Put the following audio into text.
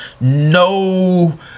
no